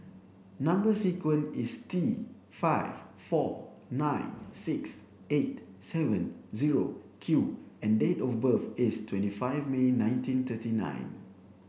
number sequence is T five four nine six eight seven zero Q and date of birth is twenty five May nineteen thirty nine